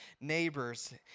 neighbors